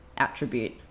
Attribute